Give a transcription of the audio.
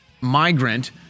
migrant